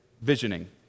visioning